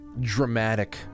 dramatic